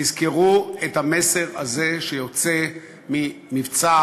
תזכרו את המסר הזה שיוצא ממבצע,